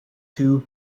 two